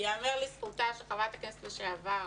ייאמר לזכותה של חברת הכנסת לשעבר